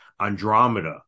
Andromeda